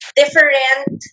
different